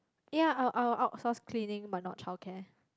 ya I'll I'll outsource cleaning but not childcare